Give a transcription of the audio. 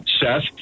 Seth